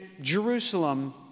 Jerusalem